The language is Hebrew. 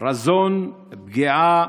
רזון, פגיעה